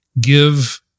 give